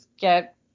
get